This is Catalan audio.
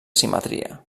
simetria